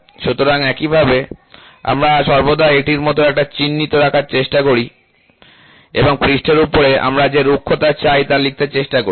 সুতরাং একইভাবে আমরা সর্বদা এটির মতো একটি চিহ্ন রাখার চেষ্টা করি এবং পৃষ্ঠের উপরে আমরা যে রুক্ষতা চাই তা লিখতে চেষ্টা করি